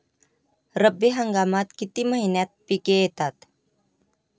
रब्बी हंगामात किती महिन्यांत पिके येतात?